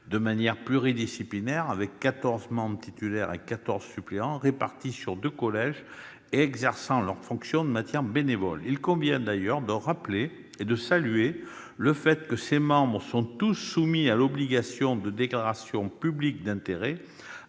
de manière pluridisciplinaire, avec 14 membres titulaires et 14 membres suppléants, répartis sur deux collèges et exerçant leurs fonctions de manière bénévole. Il convient d'ailleurs de rappeler, pour le saluer, le fait que ces personnes sont toutes soumises à l'obligation de déclaration publique d'intérêts